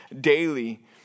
daily